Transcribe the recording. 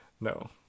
No